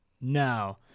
No